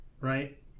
right